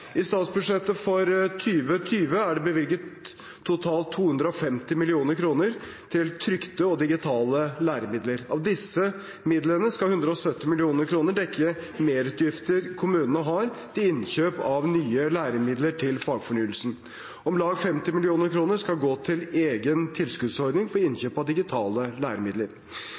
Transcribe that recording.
I statsbudsjettet for 2020 er det bevilget totalt 250 mill. kr til trykte og digitale læremidler. Av disse midlene skal 170 mill. kr dekke merutgifter kommunene har til innkjøp av nye læremidler til fagfornyelsen. Om lag 50 mill. kr skal gå til en egen tilskuddsordning for innkjøp av digitale læremidler.